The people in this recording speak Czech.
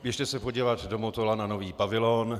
Běžte se podívat do Motola na nový pavilon.